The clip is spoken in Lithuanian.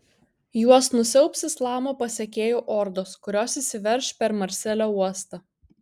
juos nusiaubs islamo pasekėjų ordos kurios įsiverš per marselio uostą